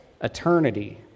eternity